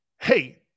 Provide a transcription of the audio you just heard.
hey